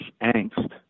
angst